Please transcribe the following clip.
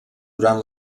durant